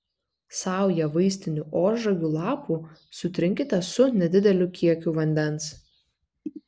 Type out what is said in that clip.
saują vaistinių ožragių lapų sutrinkite su nedideliu kiekiu vandens